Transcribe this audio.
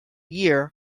year